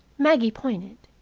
maggie pointed.